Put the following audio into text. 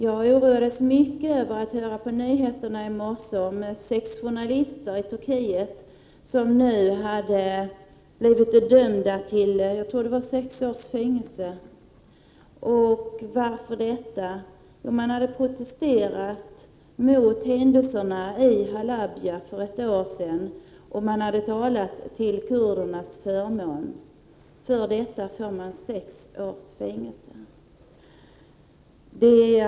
Jag oroades mycket när jag i morse hörde på nyheterna att sex journalister i Turkiet nu blivit dömda till sex års fängelse, tror jag. Varför 70 skedde detta? Jo, man hade protesterat mot händelserna i Halabja för ett år sedan, och man hade talat till kurdernas förmån. För detta får man sex års Prot. 1988/89:83 fängelse.